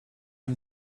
you